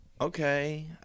okay